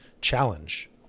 challenge